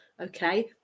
okay